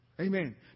Amen